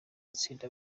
gutsinda